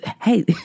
hey